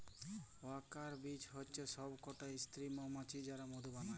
worker bee হচ্যে সব কটা স্ত্রী মমাছি যারা মধু বালায়